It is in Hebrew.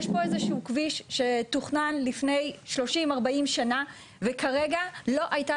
יש פה איזשהו כביש שתוכנן לפני 30-40 שנים וכרגע לא הייתה